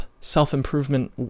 self-improvement